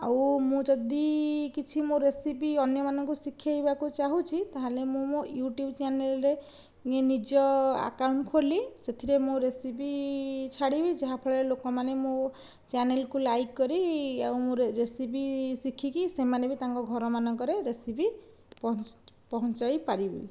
ଆଉ ମୁଁ ଯଦି କିଛି ମୋ ରେସିପି ଅନ୍ୟମାନଙ୍କୁ ଶିଖାଇବାକୁ ଚାହୁଁଛି ତା'ହେଲେ ମୁଁ ମୋ ୟୁଟୁବ୍ ଚ୍ୟାନେଲ୍ ରେ ମୁଁ ନିଜ ଆକାଉଣ୍ଟ୍ ଖୋଲି ସେଥିରେ ମୋ ରେସିପି ଛାଡ଼ିବି ଯାହାଫଳରେ ଲୋକମାନେ ମୋ ଚ୍ୟାନେଲ୍ କୁ ଲାଇକ୍ କରି ଆଉ ମୋ ରେସିପି ଶିଖିକି ସେମାନେବି ତାଙ୍କ ଘରମାନଙ୍କରେ ରେସିପି ପହଞ୍ଚ ପହଞ୍ଚାଇପାରିବି